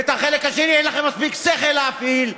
ואת החלק השני אין לכם מספיק שכל להפעיל,